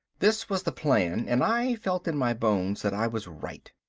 this was the plan and i felt in my bones that i was right.